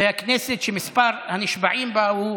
זו הכנסת שמספר הנשבעים בה,